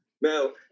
now